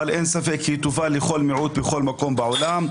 אבל אין ספק שהיא טובה לכל מיעוט בכל מקום בעולם,